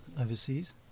Overseas